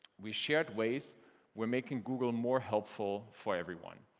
we shared ways we're making google more helpful for everyone